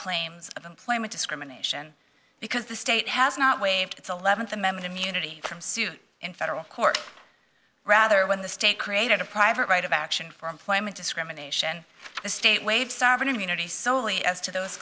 claims of employment discrimination because the state has not waived its eleventh amendment immunity from suit in federal court rather when the state created a private right of action for employment discrimination the state waived sovereign immunity solely as to those